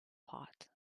part